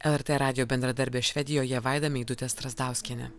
lrt radijo bendradarbė švedijoje vaida meidutė strazdauskienė